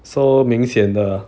so 明显的